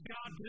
God